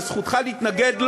שזכותך להתנגד לו,